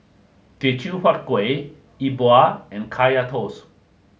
Teochew Huat Kueh E Bua and Kaya Toast